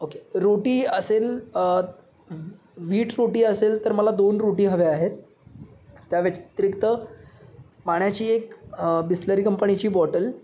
okay रोटी असेल वी वीट रोटी असेल तर मला दोन रोटी हव्या आहेत त्या व्यतिरिक्त पाण्याची एक बिसलरी कंपनीची बॉटल